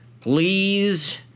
Please